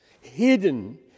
hidden